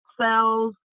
cells